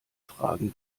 fragen